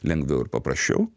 lengviau ir paprasčiau